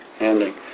ending